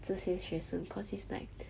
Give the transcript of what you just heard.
这些学生 cause it's like